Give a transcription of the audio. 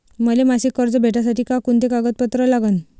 मले मासिक कर्ज भेटासाठी का कुंते कागदपत्र लागन?